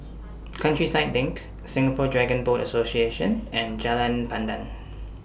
Countryside LINK Singapore Dragon Boat Association and Jalan Pandan